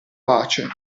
pace